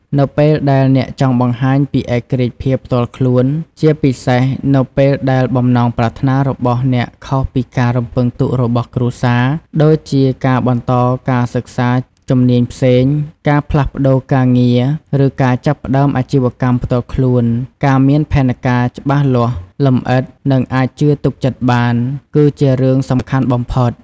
នៅពេលដែលអ្នកចង់បង្ហាញពីឯករាជ្យភាពផ្ទាល់ខ្លួន ជាពិសេសនៅពេលដែលបំណងប្រាថ្នារបស់អ្នកខុសពីការរំពឹងទុករបស់គ្រួសារ ដូចជាការបន្តការសិក្សាជំនាញផ្សេង ការផ្លាស់ប្ដូរការងារ ឬការចាប់ផ្ដើមអាជីវកម្មផ្ទាល់ខ្លួន ការមានផែនការច្បាស់លាស់ លម្អិត និងអាចជឿទុកចិត្តបាន គឺជារឿងសំខាន់បំផុត។